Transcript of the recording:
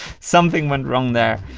something went wrong there.